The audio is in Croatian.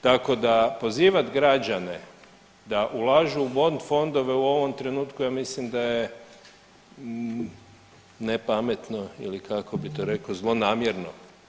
Tako da pozivat građane da ulažu u Bond fondove u ovom trenutku ja mislim da je ne pametno ili kako bi to rekao zlonamjerno.